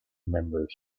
members